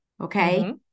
Okay